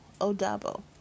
Odabo